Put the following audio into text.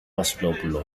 βασιλόπουλο